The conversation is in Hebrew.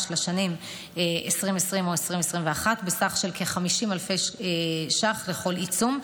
לשנים 2021-2020 בסכום של 50,000 שקלים לכל עיצום,